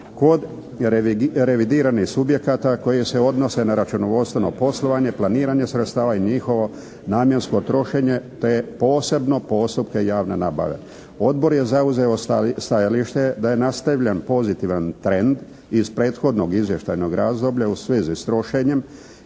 kod revidiranih subjekata koje se odnose na računovodstveno poslovanje, planiranje sredstava i njihovo namjensko trošenje te posebno postupke javne nabave. Odbor je zauzeo stajalište da je nastavljen pozitivan trend iz prethodnog izvještajnog razdoblja u svezi s trošenjem